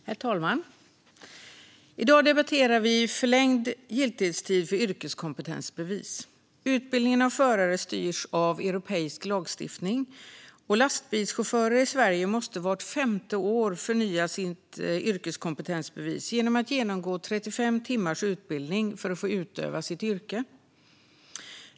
Herr talman! I dag debatterar vi förlängd giltighetstid för yrkeskompetensbevis. Utbildningen av förare styrs av europeisk lagstiftning. Lastbilschaufförer i Sverige måste vart femte år förnya sitt yrkeskompetensbevis genom att genomgå 35 timmars utbildning för att få utöva sitt yrke.